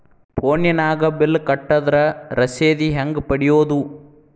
ಫೋನಿನಾಗ ಬಿಲ್ ಕಟ್ಟದ್ರ ರಶೇದಿ ಹೆಂಗ್ ಪಡೆಯೋದು?